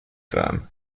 firm